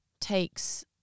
takes